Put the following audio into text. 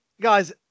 guys